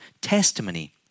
testimony